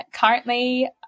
currently